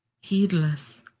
heedless